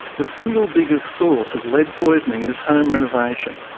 the single biggest source of lead poisoning is home renovation,